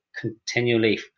continually